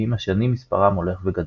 כשעם השנים מספרם הולך וגדל.